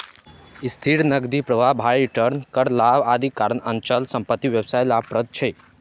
स्थिर नकदी प्रवाह, भारी रिटर्न, कर लाभ, आदिक कारण अचल संपत्ति व्यवसाय लाभप्रद छै